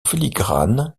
filigrane